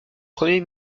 premier